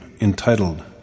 entitled